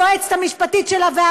חברת הכנסת סויד, יש יועץ משפטי.